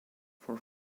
for